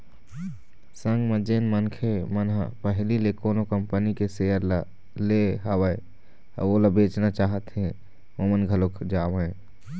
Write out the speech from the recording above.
संग म जेन मनखे मन ह पहिली ले कोनो कंपनी के सेयर ल ले हवय अउ ओला बेचना चाहत हें ओमन घलोक जावँय